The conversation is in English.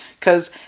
Cause